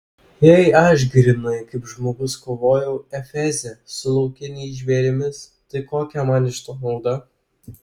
jei aš grynai kaip žmogus kovojau efeze su laukiniais žvėrimis tai kokia man iš to nauda